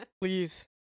Please